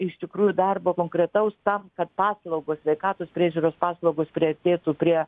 iš tikrųjų darbo konkretaus tam kad paslaugos sveikatos priežiūros paslaugos priartėtų prie